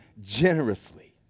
generously